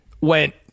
went